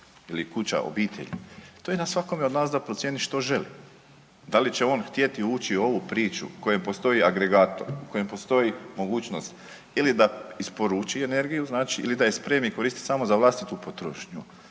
ili kuća obitelji to je na svakome od nas da procijeni što želi, da li će on htjeti ući u ovu priču u kojoj postoji agregator, u kojoj postoji mogućnost ili da isporuči energiju znači ili da je spremi i koristi samo za vlastitu potrošnju.